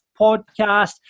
podcast